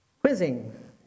quizzing